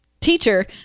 teacher